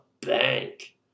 bank